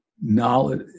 knowledge